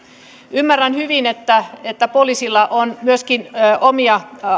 ymmärrän hyvin että että poliisilla on myöskin omia